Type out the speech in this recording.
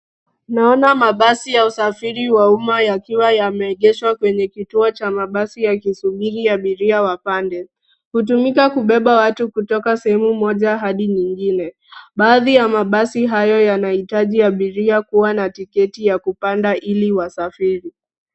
Naona mabasi ya usafiri wa umma yakiwa yameegeshwa kwenye kituo cha mabasi yakisubiri abiria wapande. Hutumika kubeba watu kutoka sehemu moja hadi nyingine . Baadhi ya mabasi hayo yanahitaji abiria kuwa na tiketi ya kupanda ili wasafiri.